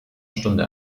stunde